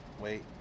wait